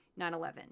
9-11